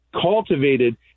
cultivated